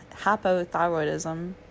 hypothyroidism